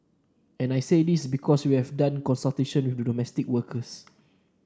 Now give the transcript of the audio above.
and I say this because we have done consultation with domestic workers